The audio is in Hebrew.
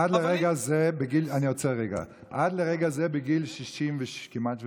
עד לרגע זה, בגיל כמעט 68,